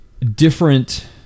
different